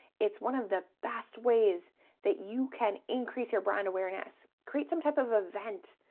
it's one of the best ways that you can increase your brand awareness. create some type of event,